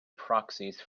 proxies